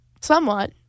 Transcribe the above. Somewhat